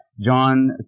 John